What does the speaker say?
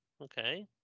Okay